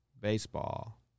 Baseball